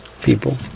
people